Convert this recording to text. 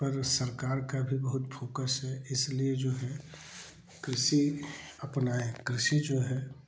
पर सरकार का भी बहुत फोकस है इसलिए जो है कृषि अपनाएं कृषि जो है